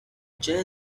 chair